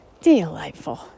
Delightful